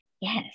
Yes